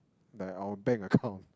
like our bank account